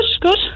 good